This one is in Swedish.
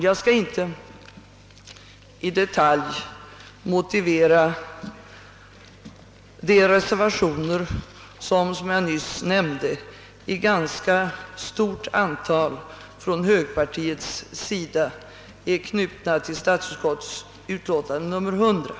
Jag skall inte i detalj motivera de reservationer som i ganska stort antal från högerhåll har knutits till statsutskottets utlåtande nr 100.